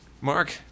Mark